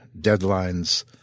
deadlines